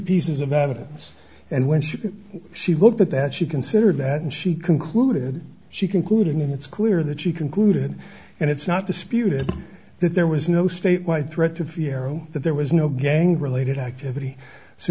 pieces of evidence and when she looked at that she considered that and she concluded she concluding that it's clear that she concluded and it's not disputed that there was no statewide threat to farrow that there was no gang related activity so